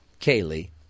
Kaylee